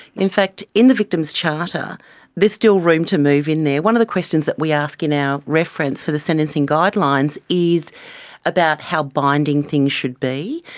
in fact in the victims charter there's still room to move in there. one of the questions that we ask in our reference for the sentencing guidelines is about how binding things should be.